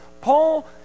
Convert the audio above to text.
Paul